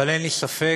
אבל אין לי ספק